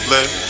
Let